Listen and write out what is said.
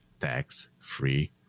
tax-free